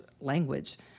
language